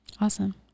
Awesome